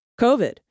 covid